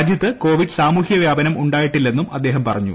രാജ്യത്ത് കോവിഡ് സാമൂഹ്യവ്യാപനം ഉണ്ടായിട്ടില്ലെന്നും അദ്ദേഹം പറഞ്ഞു